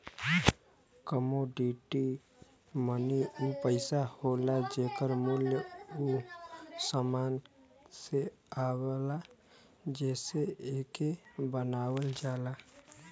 commodity money उ पइसा होला जेकर मूल्य उ समान से आवला जेसे एके बनावल जाला